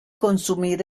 consumir